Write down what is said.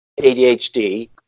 adhd